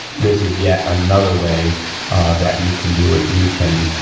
this is yet another way that you can do it. you can,